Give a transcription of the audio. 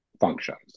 functions